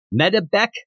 Medebek